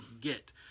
get